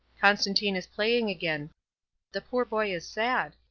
constantine is playing again the poor boy is sad.